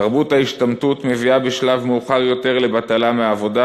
תרבות ההשתמטות מביאה בשלב מאוחר יותר לבטלה מעבודה